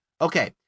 Okay